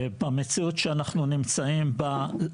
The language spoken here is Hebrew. המציאות שאנחנו נמצאים בה.